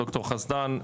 ד"ר חסדן.